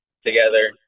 together